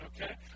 okay